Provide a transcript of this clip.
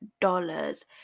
dollars